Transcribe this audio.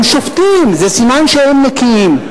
הם שופטים, זה סימן שהם נקיים.